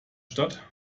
stadt